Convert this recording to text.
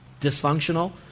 dysfunctional